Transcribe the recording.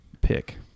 pick